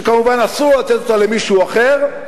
שכמובן אסור לו לתת אותה למישהו אחר.